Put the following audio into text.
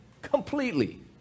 Completely